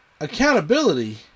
accountability